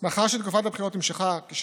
יש לך ניסיון קודם רלוונטי,